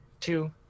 two